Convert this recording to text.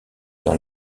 dans